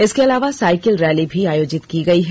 इसके अलावा cycle rally भी आयोजित की गई है